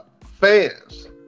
Fans